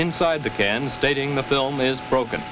inside the can stating the film is broken